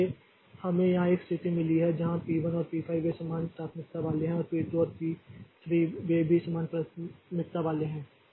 इसलिए यहां हमें ऐसी स्थिति मिली है जहां पी 1 और पी 5 वे समान प्राथमिकता वाले हैं पी 2 और पी 3 वे भी समान प्राथमिकता वाले हैं